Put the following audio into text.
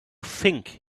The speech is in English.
think